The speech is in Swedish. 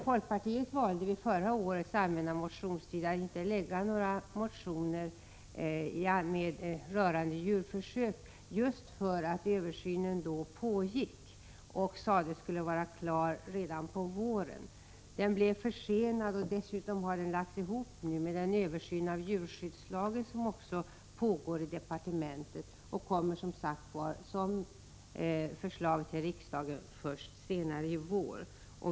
Folkpartiet valde vid förra årets allmänna motionstid att inte väcka några motioner rörande djurförsök just för att översynen då pågick, och det sades att den skulle vara klar redan på våren. Den blev försenad, och dessutom har den slagits ihop med översynen av djurskyddslagen, som också pågår i departementet. Denna proposition kommer således till riksdagen först senare i vår.